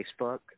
Facebook